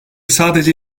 sadece